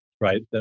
right